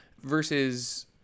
versus